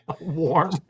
warm